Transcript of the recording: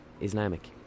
Islamic